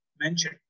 mention